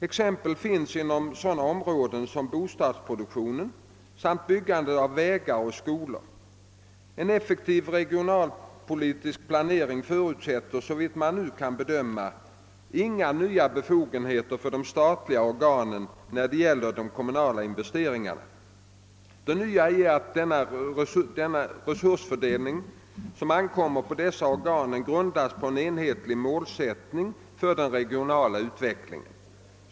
Exempel finns inom sådana områden som bostadsproduktionen samt byggandet av vägar och skolor. En effektiv regionalpolitisk planering förutsätter, såvitt man nu kan bedöma, inga nya befogenheter för de statliga organen när det gäller de kommunala investeringarna. Det nya är att den resursfördelning som ankommer på dessa organ grundas på en enhetlig målsättning för den regionala utvecklingen.